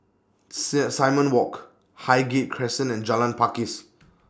SIM Simon Walk Highgate Crescent and Jalan Pakis